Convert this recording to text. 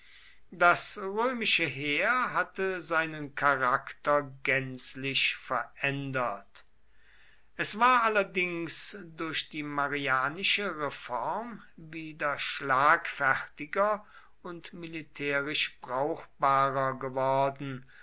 das römische heer hatte seinen charakter gänzlich verändert es war allerdings durch die marianische reform wieder schlagfertiger und militärisch brauchbarer geworden